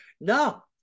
No